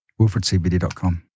WilfredCBD.com